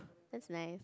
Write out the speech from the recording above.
that's nice